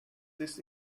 this